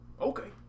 Okay